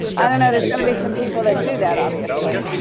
i don't know, there's gonna be some people that do that obviously.